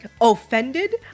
offended